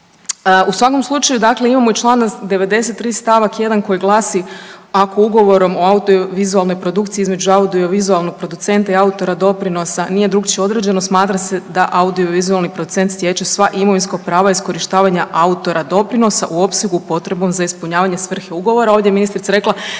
U svakom slučaju dakle imamo i čl. 93 stavak 1. koji glasi: Ako ugovorom o audio-vizualnoj produkciji između audio i vizualnog producenta i autora doprinosa nije drukčije određeno, smatra se da audio i vizualni producent stječe sva imovinska prava iskorištavanja autora doprinosa u opsegu potrebnom za ispunjavanje svrhe ugovora.